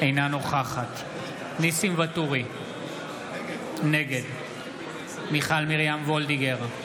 אינה נוכחת ניסים ואטורי, נגד מיכל מרים וולדיגר,